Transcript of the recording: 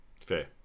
Fair